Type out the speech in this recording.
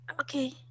Okay